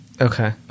Okay